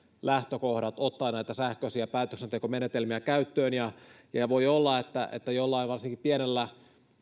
lähtökohdat ottaa näitä sähköisiä päätöksentekomenetelmiä käyttöön voi olla että että jollain varsinkin pienellä